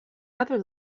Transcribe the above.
other